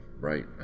Right